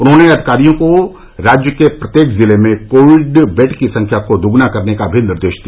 उन्होंने अधिकारियों को राज्य के प्रत्येक जिले में कोविड बेड की संख्या को दोगुना करने का निर्देश दिया